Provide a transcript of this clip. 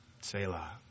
Selah